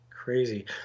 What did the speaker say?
Crazy